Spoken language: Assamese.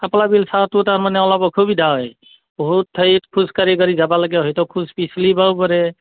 কাপলা বিল চাওঁতে তাৰমানে অলপ অসুবিধা হয় বহুত ঠাই খোজ কাঢ়ি কাঢ়ি যাব লাগা হয় তো খোজ পিছলিবও পাৰে